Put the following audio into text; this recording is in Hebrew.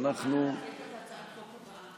הצעת החוק הבאה.